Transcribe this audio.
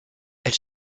elle